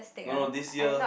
no no this year